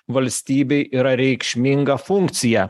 valstybei yra reikšminga funkcija